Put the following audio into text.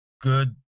good